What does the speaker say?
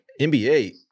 NBA